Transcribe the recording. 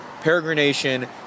Peregrination